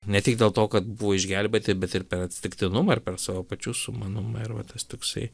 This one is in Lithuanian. ne tik dėl to kad buvo išgelbėti bet ir per atsitiktinumą ar per savo pačių sumanumą ir va tas toksai